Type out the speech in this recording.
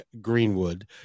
Greenwood